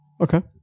Okay